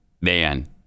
Man